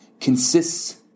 consists